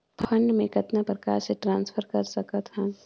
Fund मे कतना प्रकार से ट्रांसफर कर सकत हन?